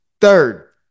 third